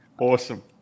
awesome